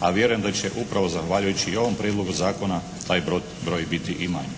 a vjerujem da će upravo zahvaljujući i ovom Prijedlogu zakona taj broj biti i manji.